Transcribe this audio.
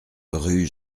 rue